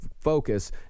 focus